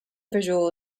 visual